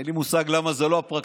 אין לי מושג למה זה לא הפרקליטות,